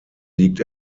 liegt